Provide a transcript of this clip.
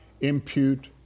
impute